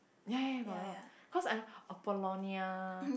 ya ya ya got a lot cause I've Apolonia